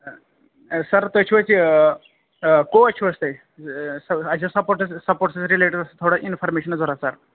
سَر تُہۍ چھِوا اتہِ ہُہ کوچ چھِوٕ حظ تُہۍ سَر اَسہِ ٲسۍ سَپوٹس سَپوٹس رِلیٹِڈ اَسہِ تھوڑا اِنفارمیشَن ضروٗرت سَر